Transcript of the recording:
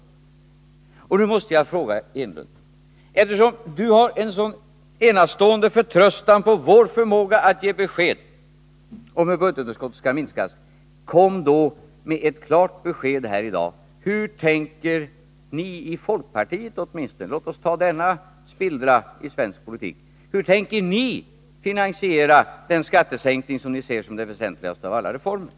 Jag måste be om ett klart besked från Eric Enlund: Eftersom Eric Enlund har en så enastående förtröstan när det gäller vår förmåga att ge besked om hur budgetunderskottet skall minskas, hur tänker ni i folkpartiet — låt oss hålla oss till denna spillra i svensk politik — finansiera den skattesänkning som ni ser som den väsentligaste av alla reformer?